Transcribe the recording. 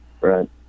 Right